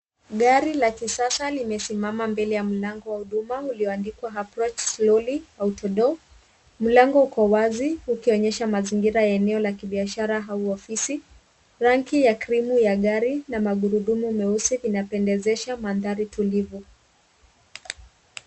Gari la kisasa limesimama mbele ya mlango wa huduma lililoandikwa approach slowly auto door. Mlango uko wazi unaonyesha mazingira yenye eneo la kibiashara au ofisi . Rangi ya krimu ya gari na magurudumu vinapendezesha mandhari tulivu.